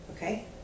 Okay